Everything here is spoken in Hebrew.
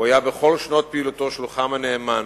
הוא היה, בכל שנות פעילותו, שלוחם הנאמן